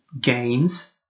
gains